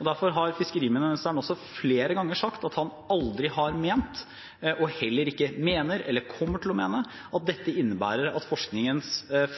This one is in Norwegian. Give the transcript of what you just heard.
Derfor har fiskeriministeren også flere ganger sagt at han aldri har ment – og heller ikke mener eller kommer til å mene – at dette innebærer at forskningens